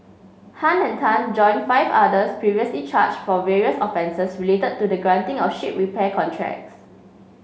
Han and Tan join five others previously charged for various offences related to the granting of ship repair contracts